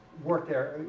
work there,